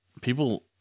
people